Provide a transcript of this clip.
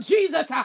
Jesus